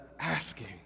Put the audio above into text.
asking